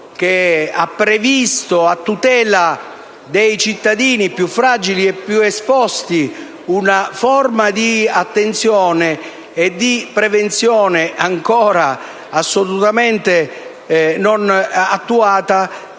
che ha previsto a tutela dei cittadini più fragili e più esposti una forma di attenzione e di prevenzione che però non è stata